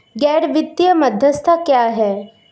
गैर वित्तीय मध्यस्थ क्या हैं?